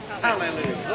Hallelujah